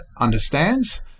understands